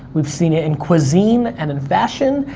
we've seen it in cuisine and in fashion,